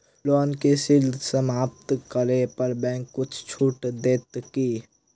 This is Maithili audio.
लोन केँ शीघ्र समाप्त करै पर बैंक किछ छुट देत की